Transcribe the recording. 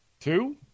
Two